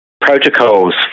protocols